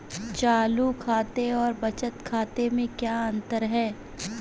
चालू खाते और बचत खाते में क्या अंतर है?